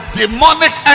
demonic